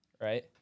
right